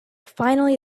finally